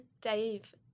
Dave